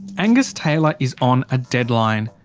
angus taylor is on a deadline.